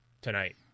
tonight